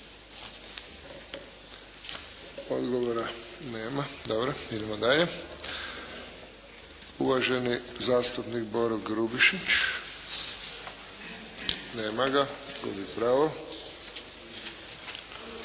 Odgovora nema. Dobro. Idemo dalje. Uvaženi zastupnik Boro Grubišić. Nema ga. Gubi pravo.